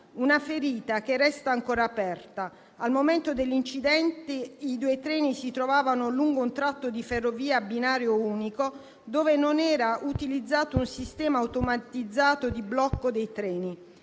una ferita che resta ancora aperta. Al momento dell'incidente i due treni si trovavano lungo un tratto di ferrovia a binario unico, sul quale non era utilizzato un sistema automatizzato di blocco dei treni.